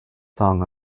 song